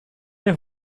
der